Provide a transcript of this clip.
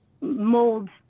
mold